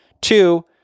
Two